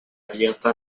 abierta